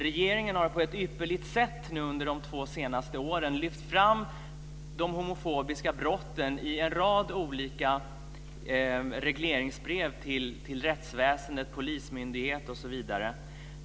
Regeringen har på ett ypperligt sätt under de två senaste åren lyft fram de homofobiska brotten i en rad olika regleringsbrev till rättsväsende, polismyndighet osv.